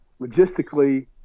logistically